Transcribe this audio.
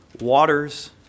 waters